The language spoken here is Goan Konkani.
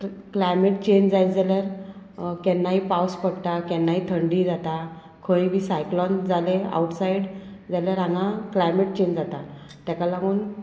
क्लायमेट चेंज जायत जाल्यार केन्नाय पावस पडटा केन्नाय थंडी जाता खंय बी सायक्ल जाले आवटसायड जाल्यार हांगा क्लायमेट चेंज जाता तेका लागून